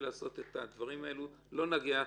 לעשות את הדברים האלה לא ייצא טוב.